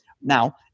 Now